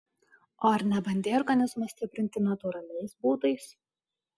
o ar nebandei organizmo stiprinti natūraliais būdais